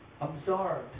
absorbed